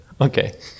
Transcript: Okay